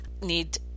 need